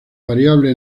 variable